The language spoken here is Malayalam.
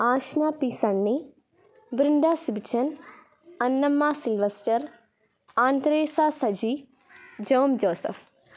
Ashna P Sunny Brinda Sibichan Annamma Silvester Andreas Saji John Joseph